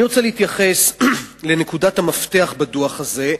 אני רוצה להתייחס לנקודת המפתח בדוח הזה,